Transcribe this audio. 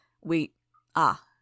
We—ah